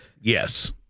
Yes